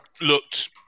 looked